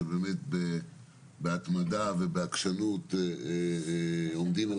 שבאמת בהתמדה ובעקשנות עומדים על